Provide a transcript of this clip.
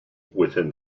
within